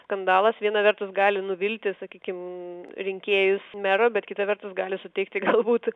skandalas viena vertus gali nuvilti sakykim rinkėjus mero bet kita vertus gali suteikti galbūt